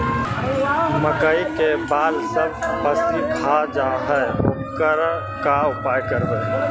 मकइ के बाल सब पशी खा जा है ओकर का उपाय करबै?